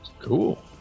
cool